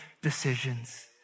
decisions